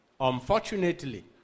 Unfortunately